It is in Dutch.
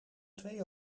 twee